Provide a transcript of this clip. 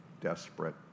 desperate